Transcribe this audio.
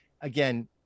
Again